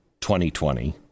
2020